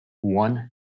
one